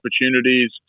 opportunities